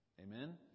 Amen